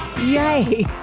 yay